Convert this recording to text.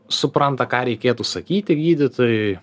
supranta ką reikėtų sakyti gydytojui